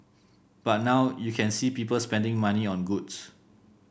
but now you can see people spending money on goods